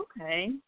Okay